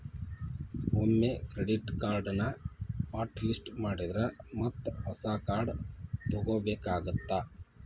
ಒಮ್ಮೆ ಕ್ರೆಡಿಟ್ ಕಾರ್ಡ್ನ hot list ಮಾಡಿದ್ರ ಮತ್ತ ಹೊಸ ಕಾರ್ಡ್ ತೊಗೋಬೇಕಾಗತ್ತಾ